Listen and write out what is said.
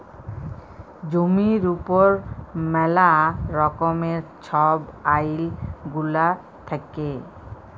জমির উপর ম্যালা রকমের ছব আইল গুলা থ্যাকে